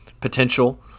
potential